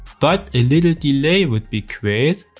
but a little delay would be great.